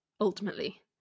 ultimately